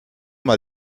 mal